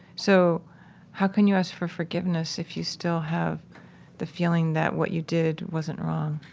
so how can you ask for forgiveness if you still have the feeling that what you did wasn't wrong?